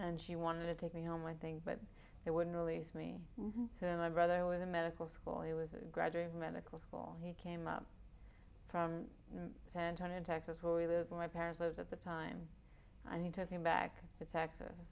and she wanted to take me home i think but they wouldn't release me to my brother with a medical school he was a graduate of medical school he came up from san antonio texas where we lived my parents lived at the time and he took him back to texas